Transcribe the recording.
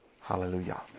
Hallelujah